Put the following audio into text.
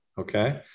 okay